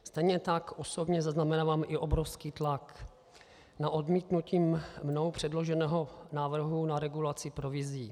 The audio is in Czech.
Stejně tak osobně zaznamenávám i obrovský tlak na odmítnutí mnou předloženého návrhu na regulaci provizí.